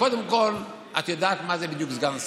קודם כול, את יודעת בדיוק מה זה סגן שר.